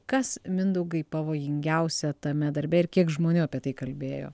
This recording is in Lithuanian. kas mindaugai pavojingiausia tame darbe ir kiek žmonių apie tai kalbėjo